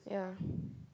yeah